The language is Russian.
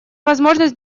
возможность